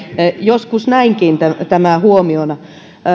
joskus näinkin tämä huomiona